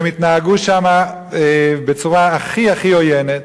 והם התנהגו שם בצורה הכי הכי עוינת,